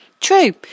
True